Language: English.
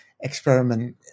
experiment